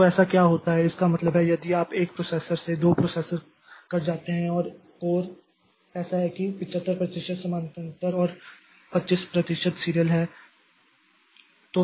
तो ऐसा क्या होता है इसका मतलब है यदि आप 1 प्रोसेसर से 2 प्रोसेसर पर जाते हैं और कोर ऐसा है कि यह 75 प्रतिशत समानांतर और 25 प्रतिशत सीरियल है